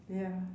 ya